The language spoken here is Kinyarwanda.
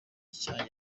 icyaha